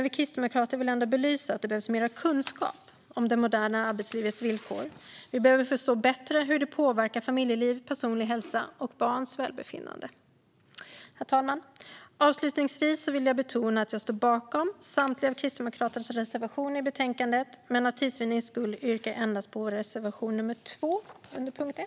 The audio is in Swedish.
Vi kristdemokrater vill ändå belysa att det behövs mer kunskap om det moderna arbetslivets villkor. Vi behöver förstå bättre hur det påverkar familjeliv, personlig hälsa och barns välbefinnande. Herr talman! Jag vill betona att jag står bakom samtliga av Kristdemokraternas reservationer i betänkandet, men för tids vinnande yrkar jag bifall endast till vår reservation nr 2 under punkt 1.